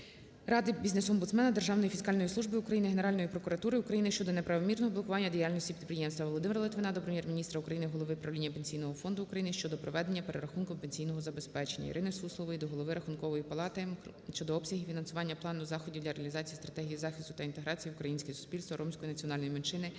Ради бізнес-омбудсмена, Державної фіскальної служби України, Генеральної прокуратури України щодо неправомірного блокування діяльності підприємства. Володимира Литвина до Прем'єр-міністра України, голови правління Пенсійного фонду України щодо проведення перерахунку пенсійного забезпечення. ІриниСуслової до голови Рахункової палати щодо обсягів фінансування плану заходів для реалізації Стратегії захисту та інтеграції в українське суспільство ромської національної меншини з Державного